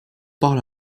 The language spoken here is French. parle